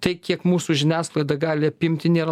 tai kiek mūsų žiniasklaida gali apimti nėra